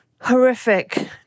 horrific